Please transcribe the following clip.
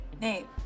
Nate